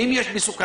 אם יש מסוכנות,